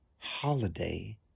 holiday